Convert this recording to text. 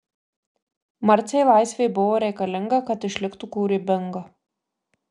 marcei laisvė buvo reikalinga kad išliktų kūrybinga